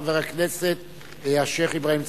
חבר הכנסת השיח' אברהים צרצור.